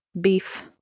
beef